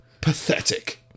Pathetic